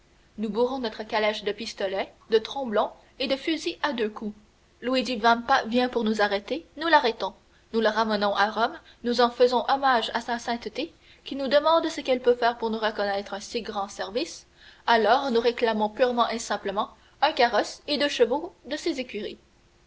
nous bourrons notre calèche de pistolets de tromblons et de fusils à deux coups luigi vampa vient pour nous arrêter nous l'arrêtons nous le ramenons à rome nous en faisons hommage à sa sainteté qui nous demande ce qu'elle peut faire pour reconnaître un si grand service alors nous réclamons purement et simplement un carrosse et deux chevaux de ses écuries